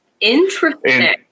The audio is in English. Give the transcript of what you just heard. Interesting